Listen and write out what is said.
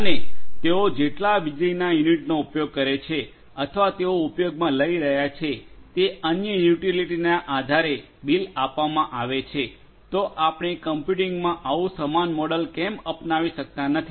અને તેઓ જેટલા વીજળીના યુનિટનો ઉપયોગ કરે છે અથવા તેઓ ઉપયોગમાં લઇ રહ્યા છે તે અન્ય યુટિલિટીના આધારે બીલ આપવામાં આવે છે તો આપણે કમ્પ્યુટીંગમા આવું સમાન મોડેલ કેમ અપનાવી શકતા નથી